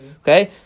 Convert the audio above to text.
okay